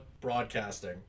broadcasting